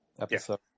episode